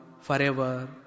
forever